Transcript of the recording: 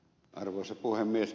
arvoisa puhemies